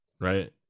right